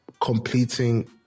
completing